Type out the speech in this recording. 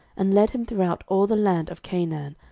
and led him throughout all the land of canaan,